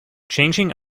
changing